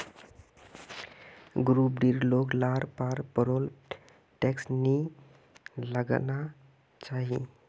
group डीर लोग लार पर पेरोल टैक्स नी लगना चाहि